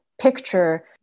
picture